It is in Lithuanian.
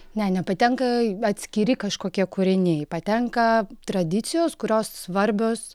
ne nepatenka atskiri kažkokie kūriniai patenka tradicijos kurios svarbios